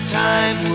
time